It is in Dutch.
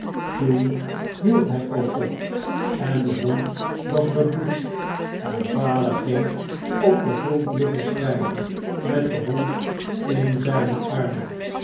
toen hield hij ook op en de hond was bebloed en vader ging op den grond liggen schreien met den hond in zijne arfnen